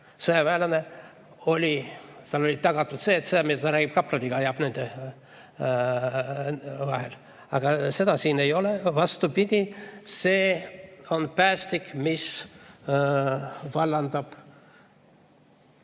Sõjaväelasele oli tagatud, et see, mida ta räägib kaplaniga, jääb nende vahele. Aga seda siin ei ole, vastupidi, see on päästik, mis vallandab